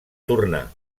tornar